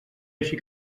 així